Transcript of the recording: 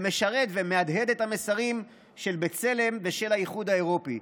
ומשרת ומהדהד את המסרים של בצלם ושל האיחוד האירופי.